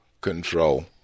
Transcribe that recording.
control